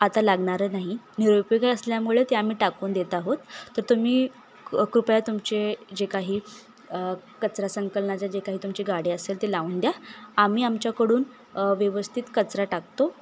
आता लागणारं नाही निरुपयोगी असल्यामुळे ते आम्ही टाकून देत आहोत तर तुम्ही क कृपया तुमचे जे काही कचरा संकलनाच्या जे काही तुमची गाडी असेल ते लावून द्या आम्ही आमच्याकडून व्यवस्थित कचरा टाकतो